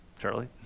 Charlie